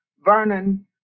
Vernon